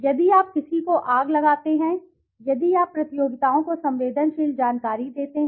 यदि आप किसी को आग लगाते हैं यदि आप प्रतियोगियों को संवेदनशील जानकारी देते हैं